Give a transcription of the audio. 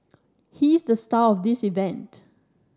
he's the star of this event